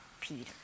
Peter